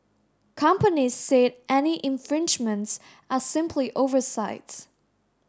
companies say any infringements are simply oversights